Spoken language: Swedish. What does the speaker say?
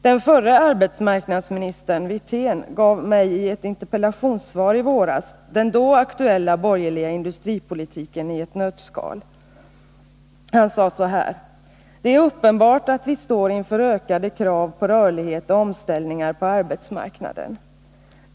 Den förre arbetsmarknadsministern Wirtén gav mig i ett interpellationssvar i våras den då aktuella borgerliga industripolitiken i ett nötskal. Han sade så här: ”Det är uppenbart att vi står inför ökade krav på rörlighet och omställningar på arbetsmarknaden.